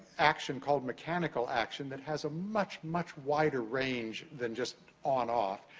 action, called mechanical action, that has a much, much wider range than just on off.